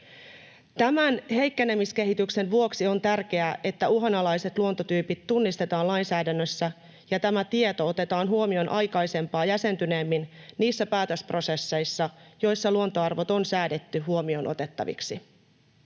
Tämän heikkenemiskehityksen vuoksi on tärkeää, että uhanalaiset luontotyypit tunnistetaan lainsäädännössä ja tämä tieto otetaan huomioon aikaisempaa jäsentyneemmin niissä päätösprosesseissa, joissa luontoarvot on säädetty huomioon otettaviksi.